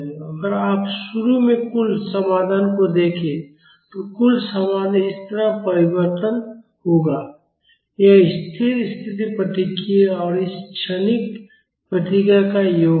और अगर आप शुरू में कुल समाधान को देखें तो कुल समाधान इस तरह परिवर्तन होगा यह स्थिर स्थिति प्रतिक्रिया और इस क्षणिक प्रतिक्रिया का योग है